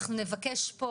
אנחנו נבקש פה,